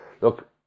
look